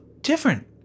different